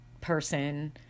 person